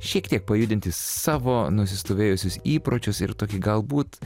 šiek tiek pajudinti savo nusistovėjusius įpročius ir tokį galbūt